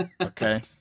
Okay